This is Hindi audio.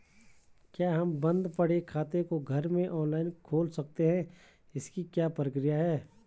क्या हम बन्द पड़े खाते को घर में ऑनलाइन खोल सकते हैं इसकी क्या प्रक्रिया है?